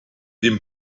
dem